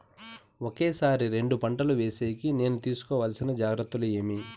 ఒకే సారి రెండు పంటలు వేసేకి నేను తీసుకోవాల్సిన జాగ్రత్తలు ఏమి?